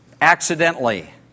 accidentally